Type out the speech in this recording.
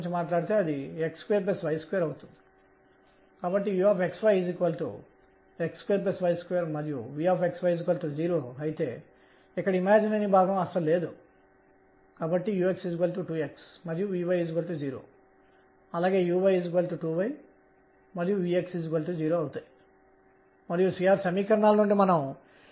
కాబట్టి ఇది వెంటనే L2p2p2sin2 అని సూచిస్తుంది కాబట్టి మనం కనుగొన్న వాటిని చూద్దాం కేంద్రకం చుట్టూ ఎలక్ట్రాన్ యొక్క 3 మితీయ గమనం కోసం శక్తి 12mr212mr2212mr22 kr గా ఇవ్వబడుతుందని కనుగొన్నాము